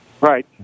Right